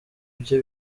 bye